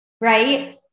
right